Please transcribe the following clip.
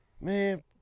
man